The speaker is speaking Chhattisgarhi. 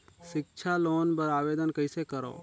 सिक्छा लोन बर आवेदन कइसे करव?